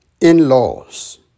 In-laws